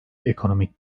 ekonomik